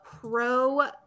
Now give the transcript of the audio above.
pro